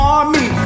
Army